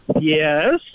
Yes